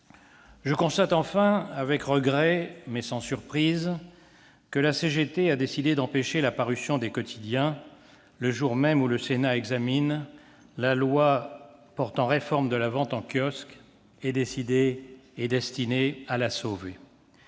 Je constate enfin- avec regret, mais sans surprise -que la CGT a décidé d'empêcher la parution des quotidiens le jour même où le Sénat examine le projet de loi portant réforme de la vente en kiosque, qui est destiné à sauver